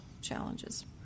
challenges